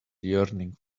yearning